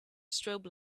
strobe